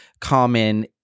common